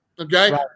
okay